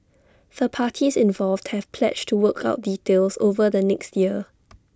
the parties involved have pledged to work out details over the next year